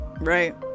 right